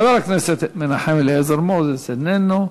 חבר הכנסת מנחם אליעזר מוזס, איננו,